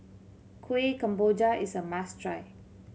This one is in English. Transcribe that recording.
Kuih Kemboja is a must try